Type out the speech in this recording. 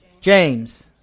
James